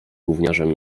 gówniarzem